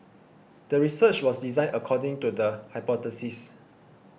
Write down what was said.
the research was designed according to the hypothesis